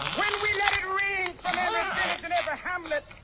when we let it ring from every village and every hamlet,